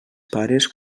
pares